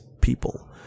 people